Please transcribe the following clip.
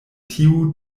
tiu